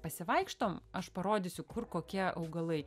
pasivaikštom aš parodysiu kur kokie augalai